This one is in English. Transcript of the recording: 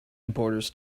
borders